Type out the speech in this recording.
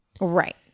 Right